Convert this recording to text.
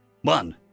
One